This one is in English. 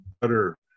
better